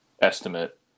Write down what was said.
estimate